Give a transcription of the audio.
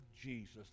Jesus